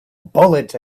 bullets